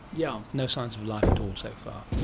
yeah no signs of life at all so far?